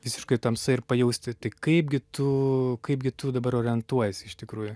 visiškoj tamsoj ir pajausti tai kaipgi tu kaipgi tu dabar orientuojiesi iš tikrųjų